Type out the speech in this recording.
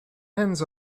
hens